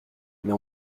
mais